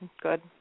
good